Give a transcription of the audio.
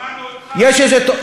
שמענו אותך.